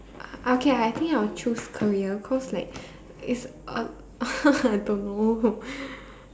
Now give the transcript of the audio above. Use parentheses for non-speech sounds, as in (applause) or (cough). uh okay I think I will choose career cause like it's uh (laughs) I don't know